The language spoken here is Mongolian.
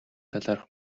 талаарх